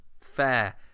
Fair